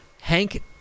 hank